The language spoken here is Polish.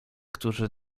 którzy